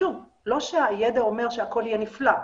זה לא אומר שהידע אומר שהכול יהיה נפלא,